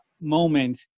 Moment